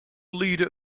leader